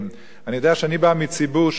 אני יודע שאני בא מציבור שתורם.